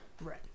Right